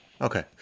okay